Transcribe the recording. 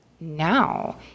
now